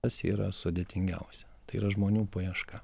tas yra sudėtingiausia tai yra žmonių paieška